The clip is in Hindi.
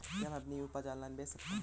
क्या मैं अपनी उपज ऑनलाइन बेच सकता हूँ?